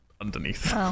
underneath